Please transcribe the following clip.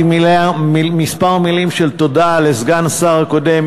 כמה מילים של תודה לסגן השר הקודם,